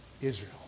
Israel